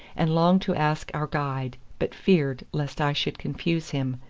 and longed to ask our guide, but feared lest i should confuse him,